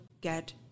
get